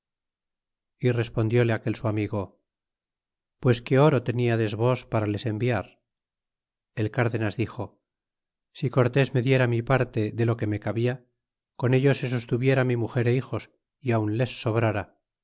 y respondiále aquel su amigo pues qué oro teniades vos para les enviar el cárdenas dixo si cortés me diera mi parte de lo que me cabia con ello se sostuviera mi muger é hijos y aun les sobrara